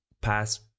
pass